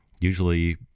Usually